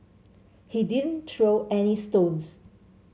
he didn't throw any stones